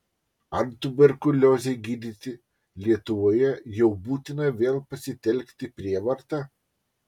ar tuberkuliozei gydyti lietuvoje jau būtina vėl pasitelkti prievartą